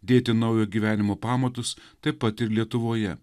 dėti naujo gyvenimo pamatus taip pat ir lietuvoje